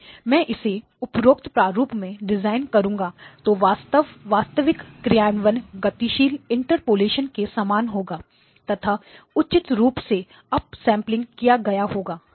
यदि मैं इसे उपरोक्त प्रारूप में डिज़ाइन करूँगा तो वास्तविक क्रियान्वयन गतिशील इन्टरपोलेशन के समान होगा तथा उचित रूप से अप सैंपलिंग किया गया होगा